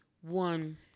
one